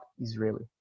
Israeli